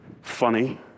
funny